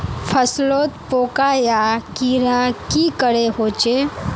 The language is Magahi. फसलोत पोका या कीड़ा की करे होचे?